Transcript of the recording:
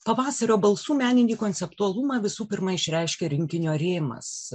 pavasario balsų meninį konceptualumą visų pirma išreiškia rinkinio rėmas